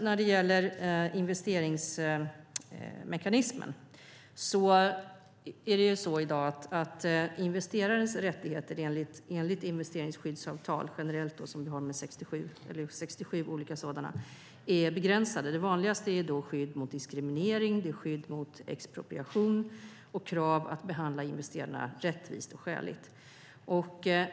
När det gäller investeringsmekanismen är investerarens rättigheter enligt investeringsskyddsavtal - vi har 67 sådana - i dag begränsade. De vanligaste är skydd mot diskriminering och skydd mot expropriation samt krav att behandla investerarna rättvist och skäligt.